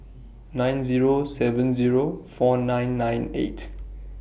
nine Zero seven Zero four nine eight